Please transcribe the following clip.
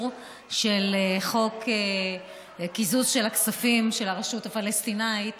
של חוק קיזוז הכספים של הרשות הפלסטינית,